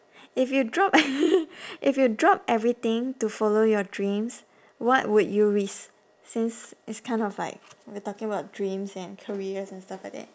if you drop if you drop everything to follow your dreams what would you risk since it's kind of like we're talking about dreams and careers and stuff like that